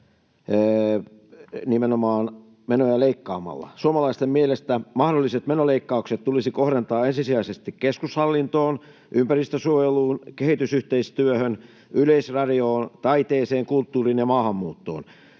nimenomaan menoja leikkaamalla. Suomalaisten mielestä mahdolliset menoleikkaukset tulisi kohdentaa ensisijaisesti keskushallintoon, ympäristönsuojeluun, kehitysyhteistyöhön, Yleisradioon, taiteeseen, kulttuuriin ja maahanmuuttoon.